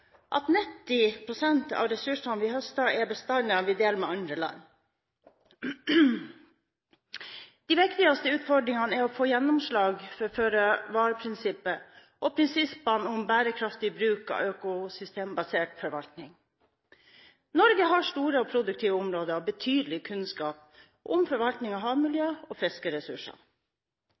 at 90 pst. av ressursene vi høster, er bestander vi deler med andre land. De viktigste utfordringene er å få gjennomslag for føre-var-prinsippet og prinsippene om bærekraftig bruk av økosystembasert forvaltning. Norge har store og produktive områder og betydelig kunnskap om forvaltning av havmiljø og fiskeressurser.